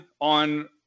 on